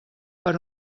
per